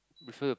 refill